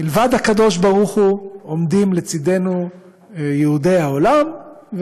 מלבד הקדוש-ברוך-הוא עומדים לצדנו יהודי העולם,